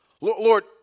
Lord